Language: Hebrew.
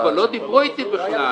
אבל לא דיברו אתי, לא דיברו אתי בכלל.